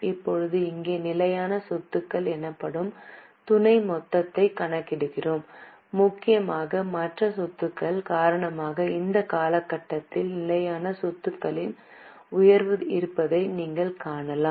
இப்போது இங்கே நிலையான சொத்துக்கள் எனப்படும் துணை மொத்தத்தை கணக்கிடுகிறோம் முக்கியமாக மற்ற சொத்துக்கள் காரணமாக இந்த காலகட்டத்தில் நிலையான சொத்துக்களின் உயர்வு இருப்பதை நீங்கள் காணலாம்